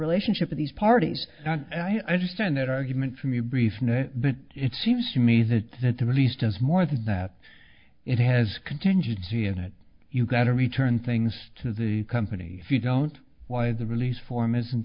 relationship of these parties i understand that argument from your brief but it seems to me that that to release does more than that it has contingency in it you've got to return things to the company if you don't why the release form isn't